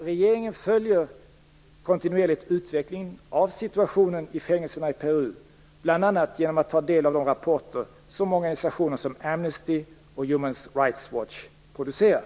Regeringen följer kontinuerligt utvecklingen av situationen i fängelserna i Peru, bl.a. genom att ta del av de rapporter som organisationer som Amnesty och Human Rights Watch producerar.